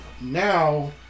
now